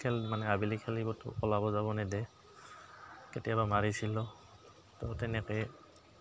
খেল মানে আবেলি খেলিবতো ওলাব যাব নেদে কেতিয়াবা মাৰিছিলও তো তেনেকেই